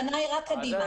פניי רק קדימה.